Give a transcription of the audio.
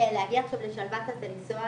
להגיע לשלוותה זה לנסוע